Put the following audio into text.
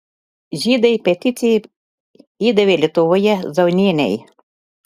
žydai peticiją įdavė lietuvoje zaunienei